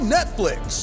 Netflix